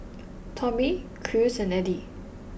Tommy Cruz and Edie